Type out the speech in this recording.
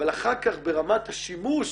אבל אחר כך ברמת השימוש